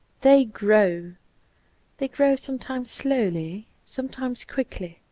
they grow they grow sometimes slowly, sometimes quickly.